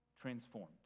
transformed